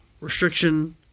restriction